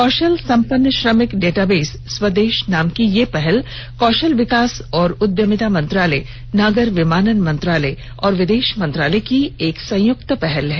कौशल संपन्न श्रमिक डेटाबेस स्वदेश नाम की यह पहल कौशल विकास और उद्यमिता मंत्रालय नागर विमानन मंत्रालय और विदेश मंत्रालय की एक संयुक्त पहल है